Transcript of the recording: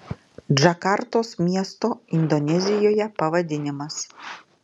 džakartos miesto indonezijoje pavadinimas